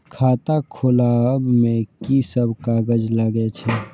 खाता खोलाअब में की सब कागज लगे छै?